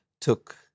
took